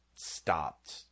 stopped